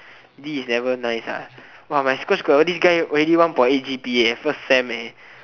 D is never nice ah !wah! my school got hor this guy already one point eight g_p_a eh first sem eh